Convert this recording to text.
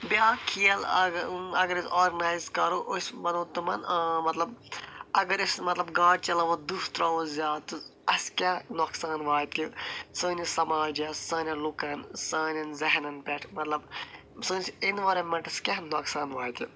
بیاکھ کھیل اگر اگر أسۍ آرگناٮ۪ز کرو أسۍ ونو تِمن مطلب اگر أسۍ مطلب گٲڑۍ چلاوو دٕہ تراوو زیادٕ تہٕ اسہِ کیٚاہ نۄقصان واتہِ سٲنِس سماجس سانٮ۪ن لُکن سانٮ۪ن زہنن پٮ۪ٹھ مطلب سٲنِس اٮ۪نرارمٮ۪نٹس کیٚاہ نۄقصان واتہِ